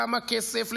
כמה כסף,